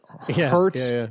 Hurts